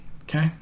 okay